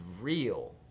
real